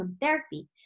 therapy